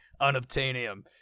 unobtainium